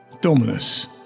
Dominus